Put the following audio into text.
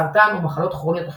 סרטן ומחלות כרוניות אחרות.